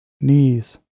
knees